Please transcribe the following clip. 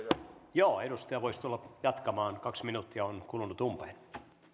joo edustaja voisi tulla jatkamaan kaksi minuuttia on kulunut umpeen